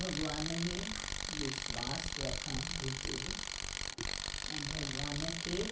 भॻवान में विश्वास रखणु घुरिजे ऐं भॻवान खे